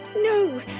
no